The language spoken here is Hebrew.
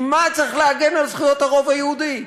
ממה צריך להגן על זכויות הרוב היהודי?